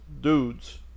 dudes